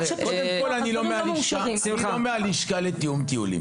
קודם כל אני רוצה לחדד את העובדות ולומר שאני לא מהלשכה לתכנון טיולים